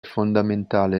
fondamentale